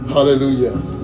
Hallelujah